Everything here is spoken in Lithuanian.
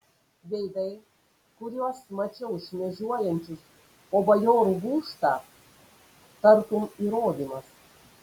veidai kuriuos mačiau šmėžuojančius po bajorų gūžtą tartum įrodymas